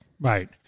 Right